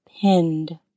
pinned